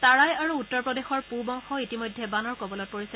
তাৰায় আৰু উত্তৰ প্ৰদেশৰ পূব অংশ ইতিমধ্যে বানৰ কবলত পৰিছে